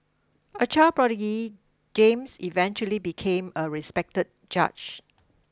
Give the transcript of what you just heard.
a child prodigy James eventually became a respected judge